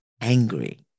angry